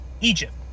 Egypt